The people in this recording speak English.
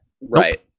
Right